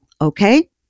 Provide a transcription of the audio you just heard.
okay